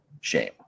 shame